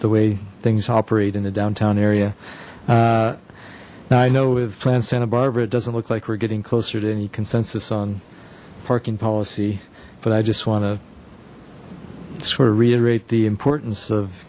the way things operate in the downtown area now i know with plans santa barbara it doesn't look like we're getting closer to any consensus on parking policy but i just want to sort of reiterate the importance of